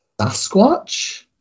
Sasquatch